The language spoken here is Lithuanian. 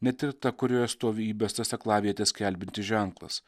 net ir ta kurioje stovi įbestas aklavietę skelbiantis ženklas